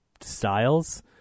styles